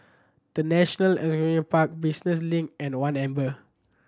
The National Park Business Link and One Amber